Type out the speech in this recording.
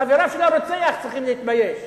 חבריו של הרוצח צריכים להתבייש.